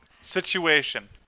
Situation